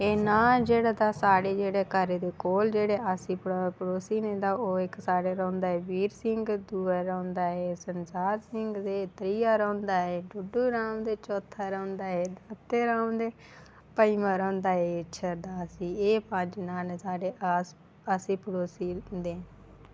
एह् नांऽ तां जेह्ड़े साढ़े घरै दे कोल जेह्ड़े पड़ोसी न तां ओह् इक रौंह्दा वीर सिंह ते दूआ रौंह्दा ऐ संसार सिंह ते त्रिया रौंह्दा ऐ त्रिड्डू राम ते चौथा रौंह्दा ऐ फत्ते राम ते पंञमां रौंह्दा ऐ इश्शर दास ते एह् पंज नांऽ न अस इं'दे पड़ोसी होंदे